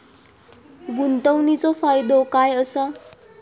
गुंतवणीचो फायदो काय असा?